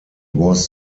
was